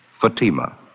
Fatima